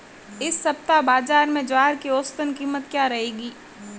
इस सप्ताह बाज़ार में ज्वार की औसतन कीमत क्या रहेगी?